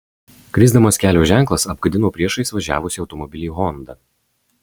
krisdamas kelio ženklas apgadino priešais važiavusį automobilį honda